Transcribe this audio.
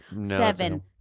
Seven